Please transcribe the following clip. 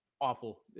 awful